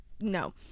no